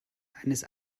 eines